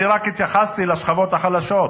אני רק התייחסתי לשכבות החלשות.